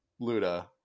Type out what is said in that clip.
Luda